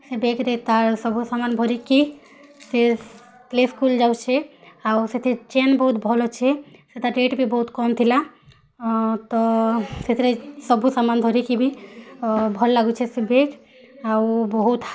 ସେ ବ୍ୟାଗ୍ରେ ତା'ର୍ ସବୁ ସାମାନ୍ ଭରିକି ସେ ପ୍ଲେ ସ୍କୁଲ୍ ଯାଉଛେ ଆଉ ସେଥିର୍ ଚେନ୍ ବହୁତ୍ ଭଲ୍ ଅଛେ ସେତାର୍ ରେଟ୍ ଭି ବହୁତ୍ କମ୍ ଥିଲା ତ ସେଥିରେ ସବୁ ସାମାନ୍ ଧରିକି ଭି ଭଲ୍ ଲାଗୁଛେ ସେ ବ୍ୟାଗ୍ ଆଉ ବହୁତ୍